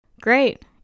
Great